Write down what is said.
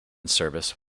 service